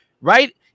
right